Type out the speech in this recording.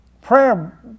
Prayer